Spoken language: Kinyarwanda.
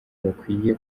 bakwiye